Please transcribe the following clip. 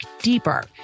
deeper